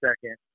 second